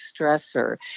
stressor